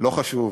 לא חשוב,